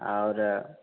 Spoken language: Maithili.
आओर